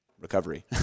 recovery